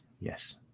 yes